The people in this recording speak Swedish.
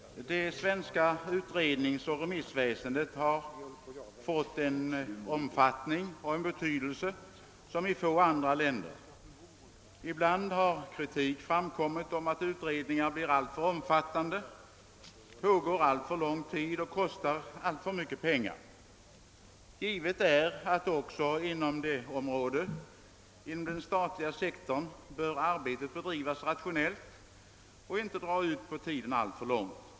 Herr talman! Det svenska utredningsoch remissväsendet har fått en omfattning och betydelse som i få andra länder. Ibland har kritik framkommit om att utredningar blir alltför omfattande, pågår alltför lång tid och kostar alltför mycket pengar. Givet är att också inom den statliga sektorn arbetet bör bedrivas rationellt och inte dra för mycket ut på tiden.